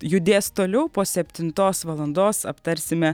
judės toliau po septintos valandos aptarsime